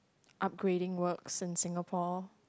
upgrading works in Singapore